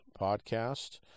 podcast